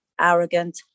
arrogant